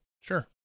Sure